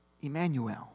Emmanuel